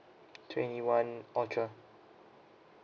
twenty one ultra